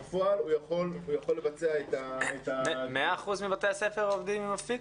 בפועל הוא יכול לבצע את --- 100% מבתי הספר עובדים עם אפיק?